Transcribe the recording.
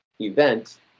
event